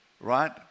right